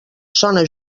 sona